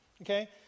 okay